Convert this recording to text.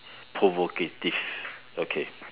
provocative okay